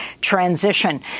transition